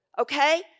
okay